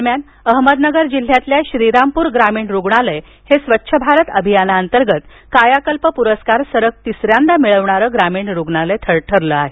दरम्यान अहमदनगर जिल्ह्यातील श्रीरामपूर ग्रामीण रुग्णालय हे स्वच्छ भारत अभियान अंतर्गत कायाकल्प पुरस्कार सलग तिसऱ्यांदा मिळविणारे ग्रामीण रुग्णालय ठरलं आहे